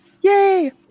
Yay